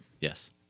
Yes